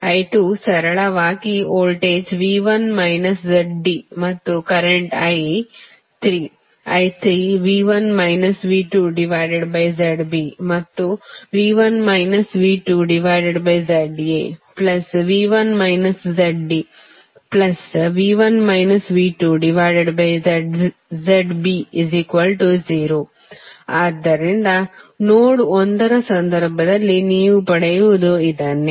I2 ಸರಳವಾಗಿ voltage V1ZD ಮತ್ತು current I 3 I 3 V1 V2ZB ಮತ್ತು V1 VxZAV1ZDV1 V2ZB0 ಆದ್ದರಿಂದ ನೋಡ್ ಒಂದರ ಸಂದರ್ಭದಲ್ಲಿ ನೀವು ಪಡೆಯುವುದು ಇದನ್ನೇ